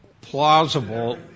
plausible